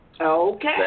Okay